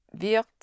wird